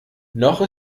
noch